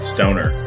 Stoner